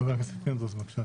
חבר הכנסת פינדרוס, בבקשה.